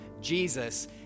Jesus